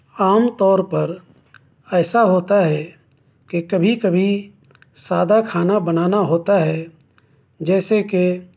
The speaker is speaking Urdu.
عام طور پر ایسا ہوتا ہے کہ کبھی کبھی سادہ کھانا بنانا ہوتا ہے جیسے کہ